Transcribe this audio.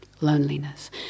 loneliness